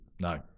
no